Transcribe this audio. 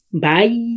Bye